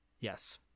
Yes